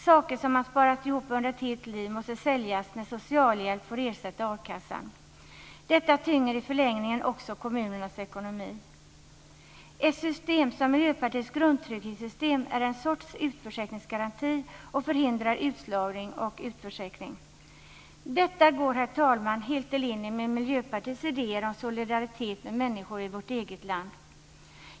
Saker som man sparat ihop under ett helt liv måste säljas när socialhjälp får ersätta a-kassan. Detta tynger i en förlängning också kommunernas ekonomi. Miljöpartiets grundtrygghetssystem är en sorts utförsäkringsgaranti och förhindrar utslagning och utförsäkring. Detta är, herr talman, helt i linje med Miljöpartiets idéer om solidaritet med människor i vårt eget land.